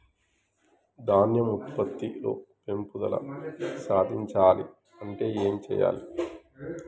ధాన్యం ఉత్పత్తి లో పెంపుదల సాధించాలి అంటే ఏం చెయ్యాలి?